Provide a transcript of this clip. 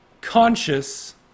conscious